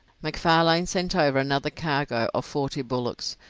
mcfarlane sent over another cargo of forty bullocks,